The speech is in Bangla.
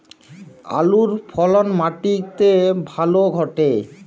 আলুর ফলন মাটি তে ভালো ঘটে?